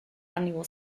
annual